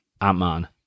Ant-Man